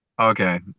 Okay